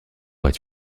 être